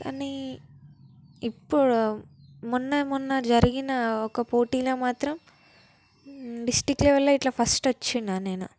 కానీ ఇప్పుడు మొన్న మొన్న జరిగిన ఒక పోటీలో మాత్రం డిస్ట్రిక్ లెవెల్లో ఇట్లా ఫస్ట్ వచ్చిన నేను